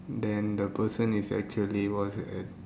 then the person is actually was at